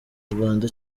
rwanda